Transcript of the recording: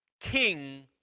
king